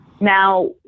Now